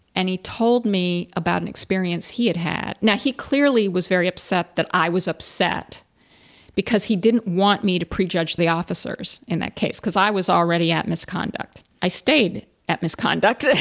and he told me about an experience he had had. now, he clearly was very upset that i was upset because he didn't want me to prejudge the officers in that case, because i was already at misconduct, i stayed at misconduct,